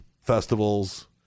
festivals